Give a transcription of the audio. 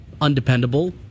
undependable